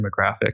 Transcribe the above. demographic